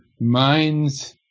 minds